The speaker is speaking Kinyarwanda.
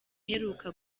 iheruka